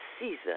season